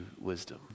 wisdom